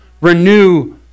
renew